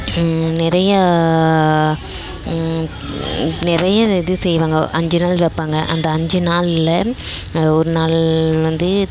நிறையா நிறைய இந்த இது செய்வாங்க அஞ்சு நாள் வைப்பாங்க அந்த அஞ்சு நாளில் ஒரு நாள் வந்து